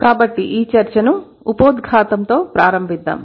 కాబట్టిఈచర్చను ఉపోద్ఘాతంతో ప్రారంభిద్దాం